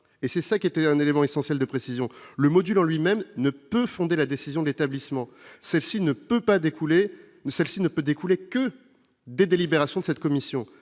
et c'est ça qui était un élément essentiel de précision, le Module en lui-même ne peut fonder la décision de l'établissement, celle-ci ne peut pas découler, celle-ci ne peut découler que des délibérations de cette commission